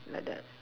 like that